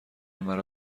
مرا